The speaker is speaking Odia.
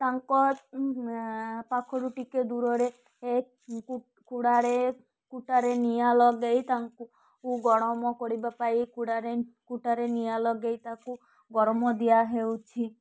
ତାଙ୍କ ପାଖରୁ ଟିକେ ଦୂରରେ କୁଡ଼ାରେ କୁଟାରେ ନିଆଁ ଲଗାଇ ତାଙ୍କୁ ଗରମ କରିବା ପାଇଁ କୁଡ଼ାରେ କୁଟାରେ ନିଆଁ ଲଗାଇ ତା'କୁ ଗରମ ଦିଆ ହେଉଛି